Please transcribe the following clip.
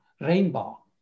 Rainbow